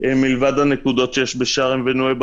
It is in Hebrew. מלבד הנקודות שיש בשארם ובנואיבה,